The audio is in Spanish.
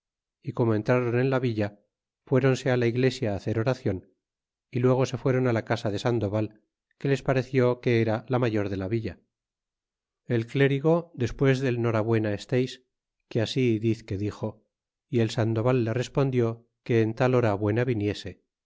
y como entrron en la villa fuéronse la iglesia hacer oracion y luego se fueron la casa de sandoval que les pareció que era la mayor de la villa é el clérigo despues del norabuena esteis que así dizque dixo y el sandoval le reste pondió que en tal hora buena viniese